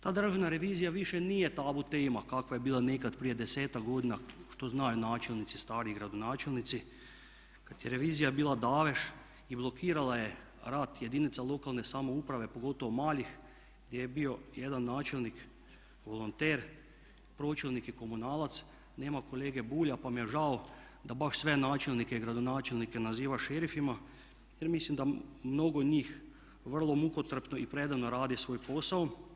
Ta državna revizija tiše nije tabu tema kakva je bila nekad prije 10-ak godina što znaju načelnici, stariji gradonačelnici, kada je revizija bila davež i blokirala je rad jedinica lokalne samouprave pogotovo malih gdje je bio jedan načelnik volonter, pročelnik i komunalac, nema kolege Bulja pa mi je žao da baš sve načelnike i gradonačelnike naziva šerifima jer mislim da mnogo njih vrlo mukotrpno i predano rade svoj posao.